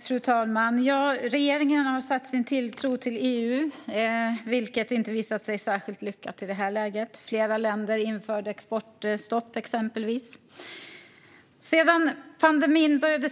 Fru talman! Regeringen har satt sin tilltro till EU, vilket inte visat sig särskilt lyckat i det här läget. Flera länder införde exportstopp, exempelvis. Sedan pandemin började